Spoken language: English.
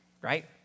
right